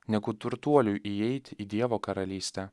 negu turtuoliui įeiti į dievo karalystę